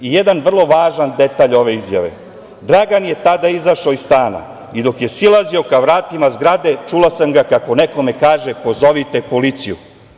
Jedan vrlo važan detalj ove izjave – Dragan je tada izašao iz stana i dok je silazio ka vratima zgrade čula sam ga kako nekome kaže, pozovite policiju.